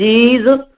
Jesus